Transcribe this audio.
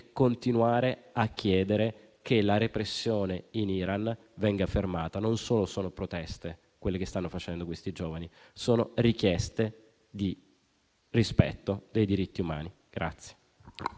continuare a chiedere che la repressione in Iran venga fermata. Non solo sono proteste quelle che stanno facendo quei giovani: sono richieste di rispetto dei diritti umani.